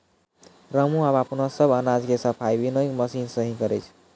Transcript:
रामू आबॅ अपनो सब अनाज के सफाई विनोइंग मशीन सॅ हीं करै छै